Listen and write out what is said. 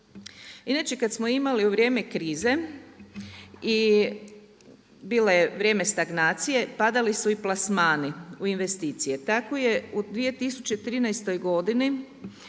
Inače kada smo imali u vrijeme krize i bilo je vrijeme stagnacije, padali su i plasmani u investicije. Tako je u 2013. godini